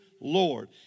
Lord